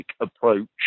approach